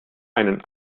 einen